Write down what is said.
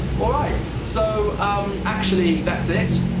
alright so um actually that's it!